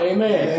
Amen